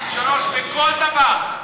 3. וכל דבר,